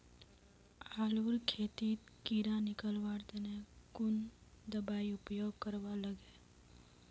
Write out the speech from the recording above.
आलूर खेतीत कीड़ा निकलवार तने कुन दबाई उपयोग करवा लगे?